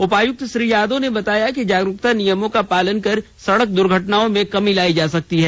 उपायुक्त श्री यादव ने बताया कि जागरूकता नियमों का पालन कर सड़क दुर्घटनाओं में कमी लायी जा सकती है